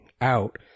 out